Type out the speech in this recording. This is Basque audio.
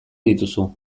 dituzu